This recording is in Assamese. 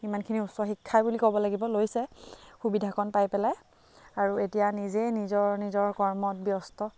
ইমানখিনি উচ্চ শিক্ষা বুলিয়ে ক'ব লাগিব লৈছে সুবিধাকণ পাই পেলাই আৰু এতিয়া নিজে নিজৰ নিজৰ কৰ্মত ব্যস্ত